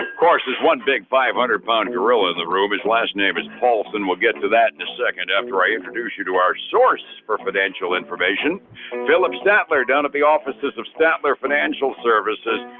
of course if one big five hundred pound gorilla in the room, his last name is paulson, we'll get to that in a second after i introduce you to our source for financial information phillip statler down at the offices of statler financial services.